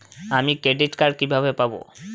আমি credit card কিভাবে পাবো?